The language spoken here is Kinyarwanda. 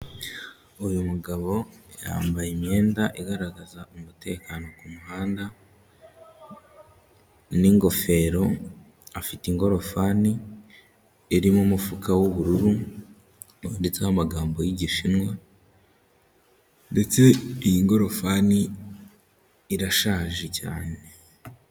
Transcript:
Uyu mugabo yambaye imyenda igaragaza umutekano ku muhanda n'ingofero, afite ingorofani irimo umufuka w'ubururu wanditseho amagambo y'Igishinwa ndetse iyi ngorofani irashaje cyane.